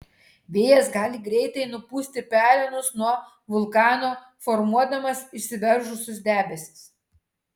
vėjas gali greitai nupūsti pelenus nuo vulkano formuodamas išsiveržusius debesis